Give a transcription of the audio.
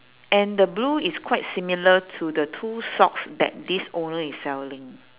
and the blue is quite similar to the two socks that this owner is selling